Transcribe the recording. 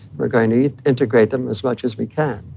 we're going to integrate them as much as we can.